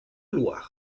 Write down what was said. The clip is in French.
loire